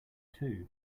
too